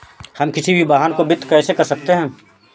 हम किसी भी वाहन को वित्त कैसे कर सकते हैं?